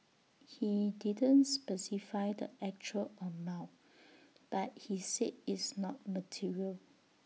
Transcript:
he didn't specify the exact amount but he said it's not material